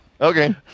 okay